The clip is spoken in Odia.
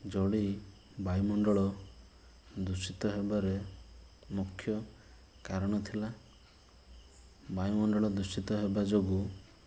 ଜଳି ବାୟୁମଣ୍ଡଳ ଦୂଷିତ ହେବାରେ ମୁଖ୍ୟ କାରଣ ଥିଲା ବାୟୁମଣ୍ଡଳ ଦୂଷିତ ହେବା ଯୋଗୁଁ